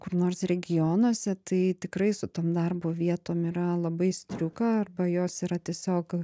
kur nors regionuose tai tikrai su tom darbo vietom yra labai striuka arba jos yra tiesiog